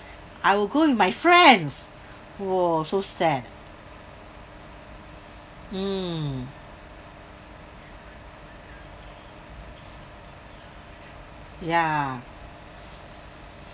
I will go with my friends !whoa! so sad mm ya